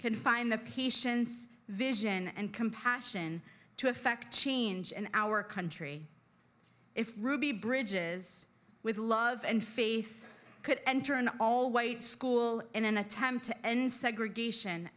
can find the patience vision and compassion to affect change in our country if ruby bridges with love and faith could enter an all white school in an attempt to end segregation